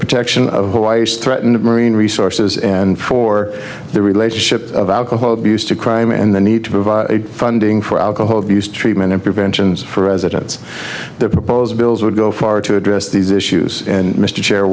protection of hawaii's threatened marine resources and for the relationship of alcohol abuse to crime and the need to provide funding for alcohol abuse treatment and prevention for residents the proposed bills would go far to address these issues and mr cha